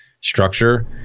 structure